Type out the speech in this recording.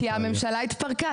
כי הממשלה התפרקה.